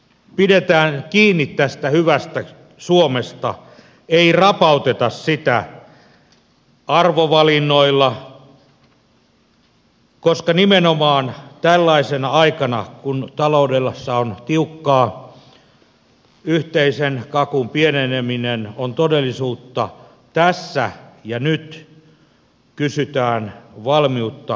pidetään kiinni tästä hyvästä suomesta ei rapauteta sitä arvovalinnoilla koska nimenomaan tällaisena aikana kun taloudessa on tiukkaa yhteisen kakun pieneneminen on todellisuutta tässä ja nyt kysytään valmiutta oikeudenmukaiseen jakamiseen